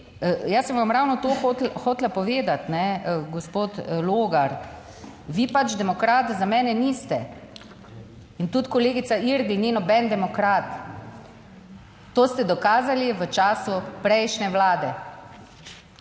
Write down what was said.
jaz sem vam ravno to hotela povedati, gospod Logar, vi pač demokrat za mene niste in tudi kolegica Irgl ni noben demokrat. To ste dokazali v času prejšnje Vlade